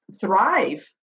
thrive